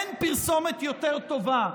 אין פרסומת יותר טובה